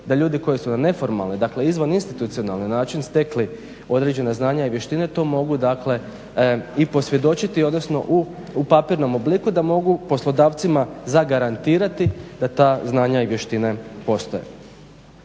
da ljudi koji su na neformalni, dakle izvaninstitucionalni način stekli određena znanja i vještine to mogu, dakle i posvjedočiti odnosno u papirnom obliku da mogu poslodavcima zagarantirati da ta znanja i vještine postoje.